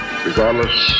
regardless